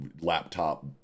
laptop